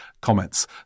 comments